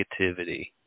negativity